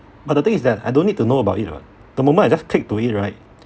but the thing is that I don't need to know about it [what] the moment I just click to it right